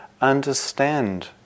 understand